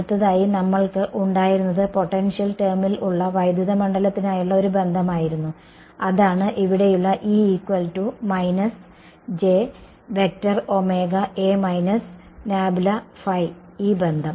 അടുത്തതായി നമ്മൾക്ക് ഉണ്ടായിരുന്നത് പൊട്ടൻഷ്യൽ ടേമിൽ ഉള്ള വൈദ്യുത മണ്ഡലത്തിനായുള്ള ഒരു ബന്ധമായിരുന്നു അതാണ് ഇവിടെയുള്ള ഈ ബന്ധം